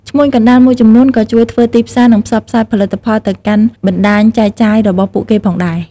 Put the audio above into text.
ឈ្មួញកណ្តាលមួយចំនួនក៏ជួយធ្វើទីផ្សារ និងផ្សព្វផ្សាយផលិតផលទៅកាន់បណ្តាញចែកចាយរបស់ពួកគេផងដែរ។